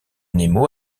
nemo